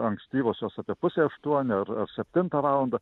ankstyvosios apie pusę aštuonių ar ar septintą valandą